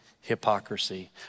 hypocrisy